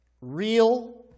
real